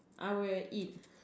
I will eat